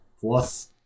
plus